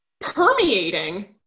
permeating